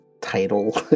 title